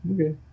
Okay